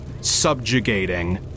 subjugating